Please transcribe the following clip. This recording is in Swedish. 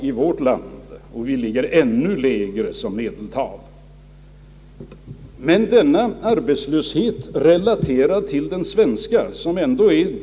Sverige ligger för närvarande under hälften av den sistnämnda siffran, om inte ännu lägre.